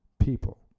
people